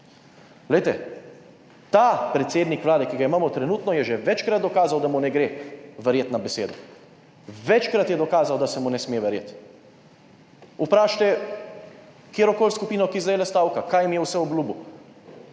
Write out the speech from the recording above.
ta predsednik Vlade, ki ga imamo trenutno, je že večkrat dokazal, da mu ne gre verjeti na besedo. Večkrat je dokazal, da se mu ne sme verjeti. Vprašajte katerokoli skupino, ki zdajle stavka, kaj jim je vse obljubil.